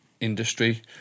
industry